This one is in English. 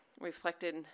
reflected